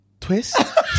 twist